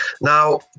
Now